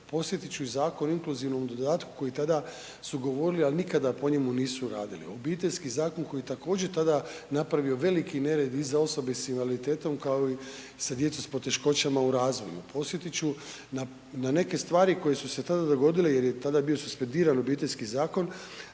Podsjetit ću i Zakon o inkluzivnom dodatkom koji tada su govorili, ali nikada po njemu nisu radili. Obiteljski zakon koji je također tada napravio veliki nered i za osobe s invaliditetom, kao i sa djecom s poteškoćama u razvoju. Podsjetit ću na neke stvari koje su se tada dogodile jer je tada bio suspendiran Obiteljski zakon